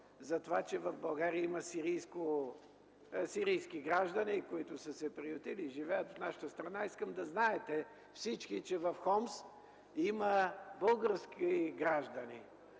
за това, че в България има сирийски граждани, които са се приютили и живеят в нашата страна: искам да знаете всички, че в Хомс има български граждани.